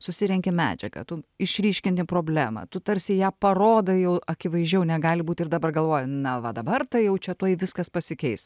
susirenki medžiagą tu išryškinti problemą tu tarsi ją parodai jau akivaizdžiau negali būti ir dabar galvoji na va dabar tai jau čia tuoj viskas pasikeis